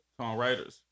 songwriters